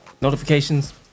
notifications